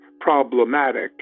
problematic